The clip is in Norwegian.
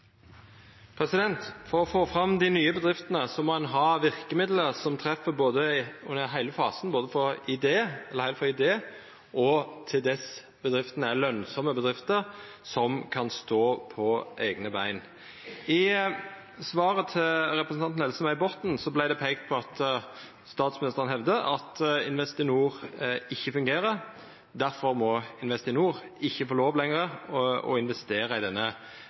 For å få fram dei nye bedriftene må ein ha verkemiddel som treffer i heile fasen, heilt frå idé til bedriftene vert lønsame bedrifter som kan stå på eigne bein. I svaret til representanten Else-May Botten hevdar statsministeren at Investinor ikkje fungerer, difor må Investinor ikkje lenger få lov til å investera i denne